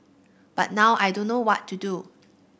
but now I don't know what to do